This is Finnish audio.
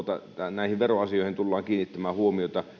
näihin veroasioihin tullaan kiinnittämään huomiota